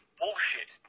bullshit